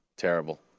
Terrible